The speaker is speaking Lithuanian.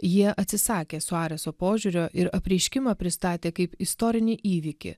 jie atsisakė suariso požiūrio ir apreiškimą pristatė kaip istorinį įvykį